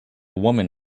woman